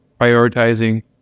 prioritizing